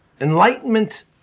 Enlightenment